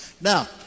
Now